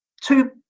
two